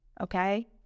okay